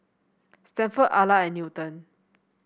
Stanford Ala and Newton